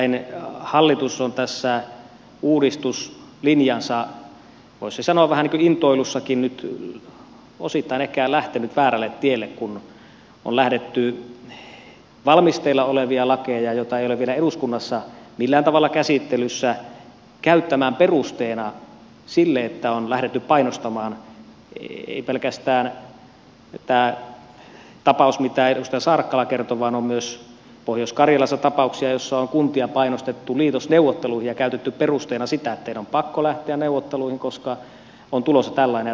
nimittäin hallitus on tässä uudistuslinjansa voisi sanoa vähän niin kuin intoilussakin nyt osittain ehkä lähtenyt väärälle tielle kun on lähdetty valmisteilla olevia lakeja joita ei ole vielä eduskunnassa millään tavalla käsittelyssä käyttämään perusteena sille että on lähdetty painostamaan ei pelkästään tässä tapauksessa mitä edustaja saarakkala kertoi vaan on myös pohjois karjalassa tapauksia joissa on kuntia painostettu liitosneuvotteluihin ja käytetty perusteena sitä että teidän on pakko lähteä neuvotteluihin koska on tulossa tällainen ja tällainen laki